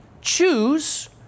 choose